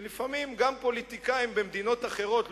שלפעמים גם פוליטיקאים במדינות אחרות,